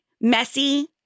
messy